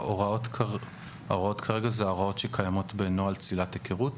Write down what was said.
האם ההוראות כרגע הן ההוראות שקיימות בנוהל צלילת היכרות?